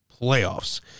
playoffs